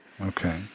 Okay